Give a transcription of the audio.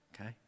okay